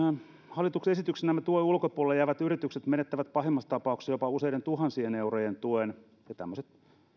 hallituksen esityksessä nämä tuen ulkopuolelle jäävät yritykset menettävät pahimmassa tapauksessa jopa useiden tuhansien eurojen tuen